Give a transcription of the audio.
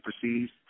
perceived